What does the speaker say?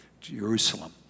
Jerusalem